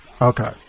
Okay